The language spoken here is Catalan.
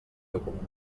document